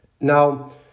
Now